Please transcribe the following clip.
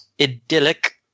idyllic